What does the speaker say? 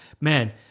man